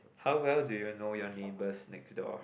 how well do you know your neighbours next door